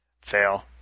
Fail